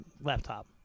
laptop